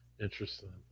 Interesting